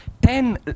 Ten